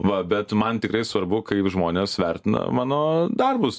va bet man tikrai svarbu kaip žmonės vertina mano darbus